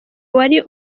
wari